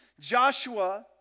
Joshua